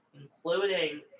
Including